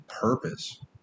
purpose